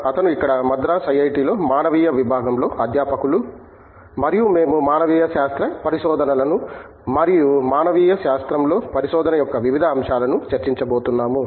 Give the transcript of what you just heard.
అతను ఇక్కడ మద్రాసు ఐఐటిలో మానవీయ విభాగంలో అధ్యాపకులు మరియు మేము మానవీయ శాస్త్ర పరిశోధనలను మరియు మానవీయ శాస్త్రంలో పరిశోధన యొక్క వివిధ అంశాలను చర్చించబోతున్నాము